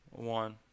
One